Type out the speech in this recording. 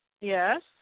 Yes